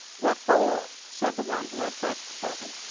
what for? said the one who had first spoken.